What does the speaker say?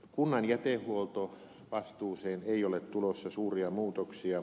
kunnan jätehuoltovastuuseen ei ole tulossa suuria muutoksia